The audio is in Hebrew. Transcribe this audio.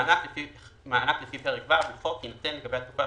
מענק לפי פרק ו' לחוק יינתן לגבי התקופה